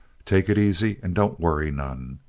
take it easy and don't worry none.